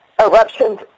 eruptions